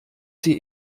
sie